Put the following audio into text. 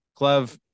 Clev